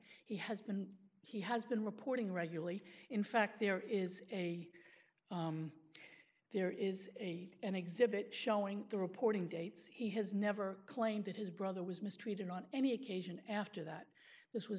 he has been he has been reporting regularly in fact there is a there is a an exhibit showing the reporting dates he has never claimed that his brother was mistreated on any occasion after that this was